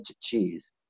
cheese